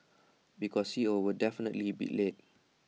because C O will definitely be late